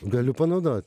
galiu panaudot